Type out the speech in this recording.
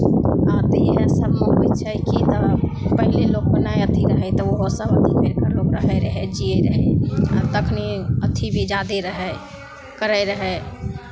आब तऽ इएह सभमे होइ छै कि तऽ पहिले लोककेँ नहि अथी होय तऽ ओहोसँ लोक रहैत रहै जीयैत रहै आब तऽ एखनि अथी भी ज्यादे रहै करैत रहै